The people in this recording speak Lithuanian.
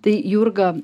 tai jurga